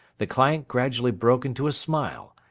the client gradually broke into a smile,